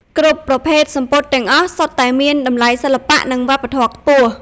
គ្រប់ប្រភេទសំពត់ទាំងអស់សុទ្ធតែមានតម្លៃសិល្បៈនិងវប្បធម៌ខ្ពស់។